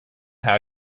how